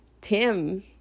Tim